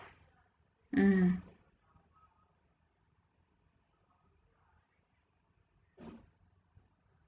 mm